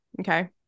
okay